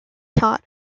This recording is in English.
taught